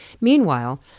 Meanwhile